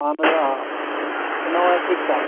اَہن حظ آ اِنووا کِرٛسٹا